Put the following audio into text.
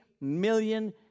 million